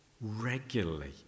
regularly